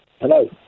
Hello